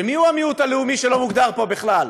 מיהו המיעוט הלאומי לא הוגדר פה בכלל.